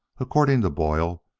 according to boyle,